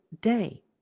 day